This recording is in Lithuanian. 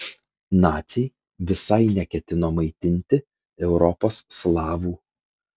naciai visai neketino maitinti europos slavų